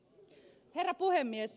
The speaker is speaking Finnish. herra puhemies